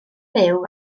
byw